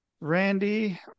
Randy